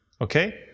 Okay